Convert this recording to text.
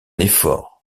effort